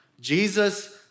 Jesus